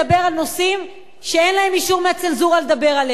על נושאים שאין להם אישור מהצנזורה לדבר עליהם,